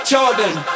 Jordan